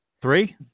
Three